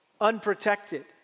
Unprotected